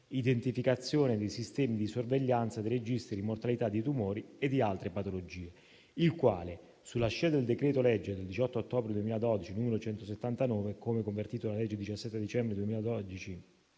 («Identificazione dei sistemi di sorveglianza dei registri di mortalità dei tumori e di altre patologie»), il quale, sulla scia del decreto-legge 18 ottobre 2012, n. 179, come convertito dalla legge 17 dicembre 2012,